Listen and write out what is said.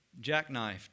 jackknifed